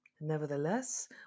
Nevertheless